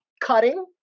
cutting